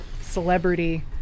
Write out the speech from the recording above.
celebrity